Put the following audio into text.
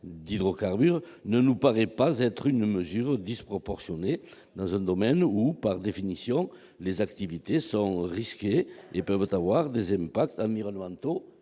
d'hydrocarbures, ne nous paraît pas être une mesure disproportionnée dans un domaine où, par définition, les activités sont risquées et peuvent avoir des impacts environnementaux